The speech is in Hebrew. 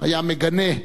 היה מגנה,